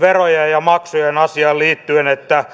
verojen ja maksujen asiaan liittyen että